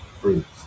fruits